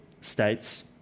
states